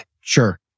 sure